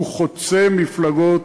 הוא חוצה מפלגות,